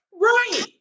Right